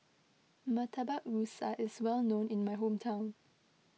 Murtabak Rusa is well known in my hometown